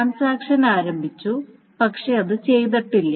transaction ആരംഭിച്ചു പക്ഷേ അത് ചെയ്തിട്ടില്ല